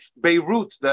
Beirut